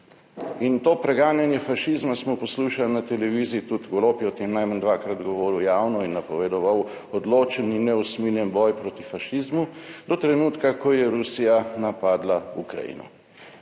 in to preganjanje fašizma smo poslušali na televiziji. Tudi Golob je o tem najmanj dvakrat govoril javno in napovedoval odločen in neusmiljen boj proti fašizmu - do trenutka, ko je Rusija napadla Ukrajino.